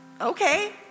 okay